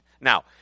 Now